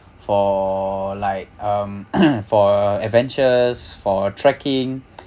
for like um for adventures for trekking